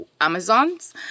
Amazons